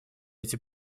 эти